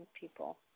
people